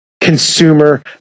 consumer